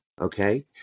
okay